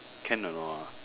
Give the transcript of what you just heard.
can or not